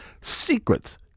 Secrets